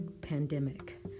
pandemic